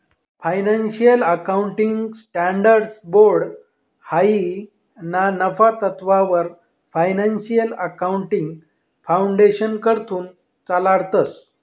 financial accounting standards board हायी ना नफा तत्ववर फायनान्शियल अकाउंटिंग फाउंडेशनकडथून चालाडतंस